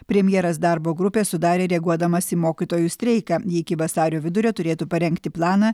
premjeras darbo grupę sudarė reaguodamas į mokytojų streiką jie iki vasario vidurio turėtų parengti planą